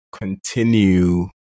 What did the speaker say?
continue